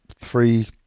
three